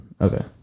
Okay